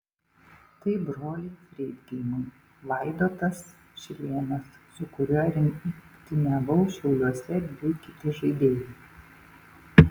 tai broliai freidgeimai vaidotas šilėnas su kuriuo rungtyniavau šiauliuose bei kiti žaidėjai